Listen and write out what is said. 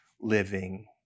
living